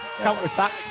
Counter-attack